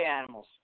animals